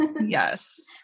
Yes